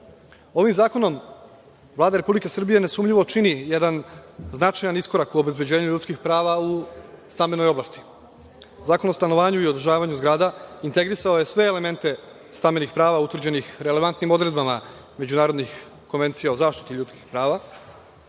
zakonom Vlada Republike Srbije nesumnjivo čini jedan značajan iskorak u obezbeđenju ljudskih prava u stambenoj oblasti. Zakon o stanovanju i održavanju zgrada integrisao je sve elemente stambenih prava utvrđenih relevantnim odredbama međunarodnih konvencija o zaštiti ljudskih prava.